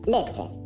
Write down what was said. Listen